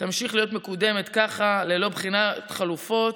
תמשיך להיות מקודמת ככה, ללא בחינת חלופות.